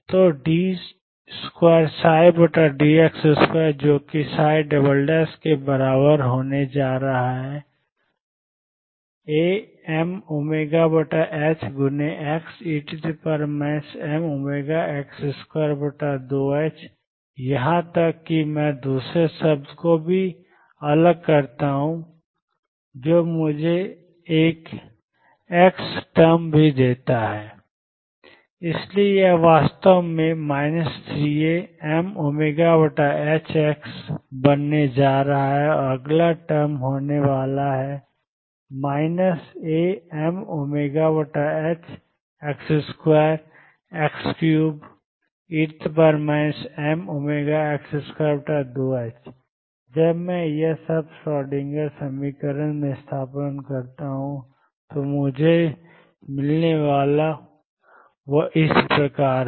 तो d2dx2 जो कि ψ के बराबर होने जा रहा है Amωxe mω2ℏx2 यहां तक कि मैं दूसरे शब्द को भी अलग करता हूं जो मुझे एक एक्स टर्म भी देता है और इसलिए यह वास्तव में 3Amωx बनने जा रहा है और अगला टर्म होने वाला है मुझे minus minus plus Amω2x3e mω2ℏx2 दें जब मैं यह सब श्रोडिंगर समीकरण में स्थानापन्न करता हूं जो मुझे मिलने वाला है वह इस प्रकार है